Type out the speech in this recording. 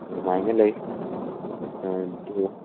ꯑꯗꯨꯃꯥꯏꯅ ꯂꯩ ꯑꯗꯨ